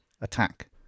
Attack